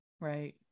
Right